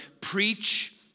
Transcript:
preach